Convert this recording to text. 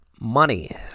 money